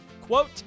quote